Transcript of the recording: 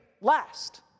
last